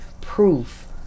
proof